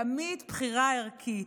תמיד בחירה ערכית.